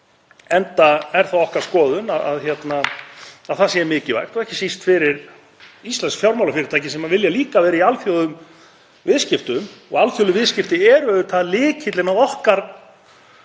enda er það okkar skoðun að það sé mikilvægt og ekki síst fyrir íslensk fjármálafyrirtæki sem vilja líka vera í alþjóðlegum viðskiptum. Alþjóðleg viðskipti eru lykillinn að okkar